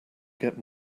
get